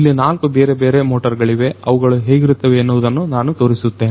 ಇಲ್ಲಿ 4 ಬೇರೆಬೇರೆ ಮೋಟರ್ ಗಳಿವೆ ಅವುಗಳು ಹೇಗಿರುತ್ತವೆ ಎನ್ನುವುದನ್ನು ನಾನು ತೋರಿಸುತ್ತೇನೆ